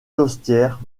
costières